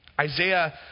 Isaiah